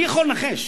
אני יכול לנחש